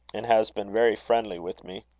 and has been very friendly with me.